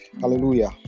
Hallelujah